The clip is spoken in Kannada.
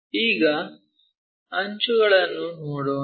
ಈಗ ಅಂಚುಗಳನ್ನು ನೋಡೋಣ